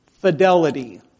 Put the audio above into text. Fidelity